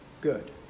good